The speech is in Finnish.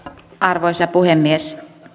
arvoisa puhemies